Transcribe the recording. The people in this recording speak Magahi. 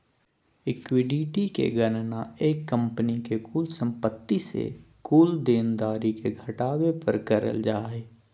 इक्विटी के गणना एक कंपनी के कुल संपत्ति से कुल देनदारी के घटावे पर करल जा हय